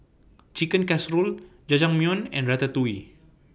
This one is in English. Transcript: Chicken Casserole Jajangmyeon and Ratatouille